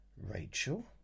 Rachel